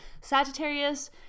Sagittarius